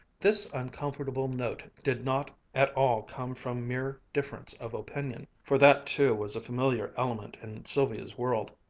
this uncomfortable note did not at all come from mere difference of opinion, for that too was a familiar element in sylvia's world.